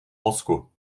mozku